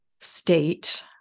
state